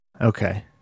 Okay